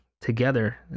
together